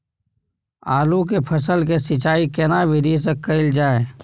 आलू के फसल के सिंचाई केना विधी स कैल जाए?